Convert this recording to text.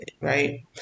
right